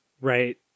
Right